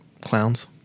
clowns